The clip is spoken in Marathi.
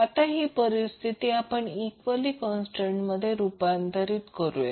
आता ही परिस्थिती आपण इक्ववली कॉन्स्टंटमध्ये रूपांतर करूया